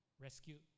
rescued